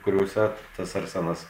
kuriose tas arsenalas